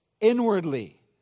inwardly